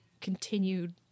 continued